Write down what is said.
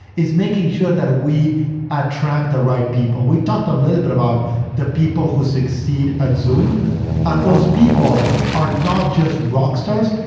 is making sure that we attract the right people. we talked a little bit about the people who succeed at zoom and those people are not just rock stars,